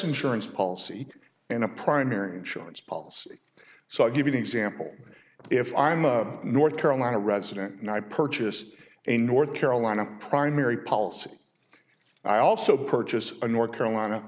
insurance policy and a primary insurance policy so i'll give you an example if i'm a north carolina resident ny purchase a north carolina primary policy i also purchase a north carolina